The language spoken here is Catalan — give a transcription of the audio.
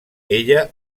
ella